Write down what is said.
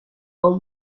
old